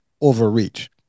overreach